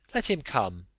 let him come,